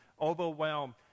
Overwhelmed